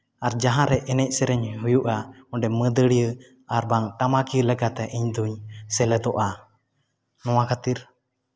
ᱟᱨ ᱡᱟᱦᱟᱸᱨᱮ ᱮᱱᱮᱡ ᱥᱮᱨᱮᱧ ᱦᱩᱭᱩᱜᱼᱟ ᱚᱸᱰᱮ ᱢᱟᱺᱫᱟᱹᱲᱤᱭᱟᱹ ᱟᱨᱵᱟᱝ ᱴᱟᱢᱟᱠᱤᱭᱟ ᱞᱮᱠᱟᱛᱮ ᱤᱧᱫᱩᱧ ᱥᱮᱞᱮᱫᱚᱜ ᱱᱚᱣᱟ ᱠᱷᱟᱹᱛᱤᱨ